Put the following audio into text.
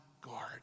guard